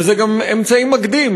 וזה גם אמצעי מקדים.